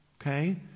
okay